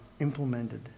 implemented